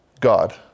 God